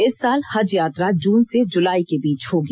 इस साल हज यात्रा जून से जुलाई के बीच होगी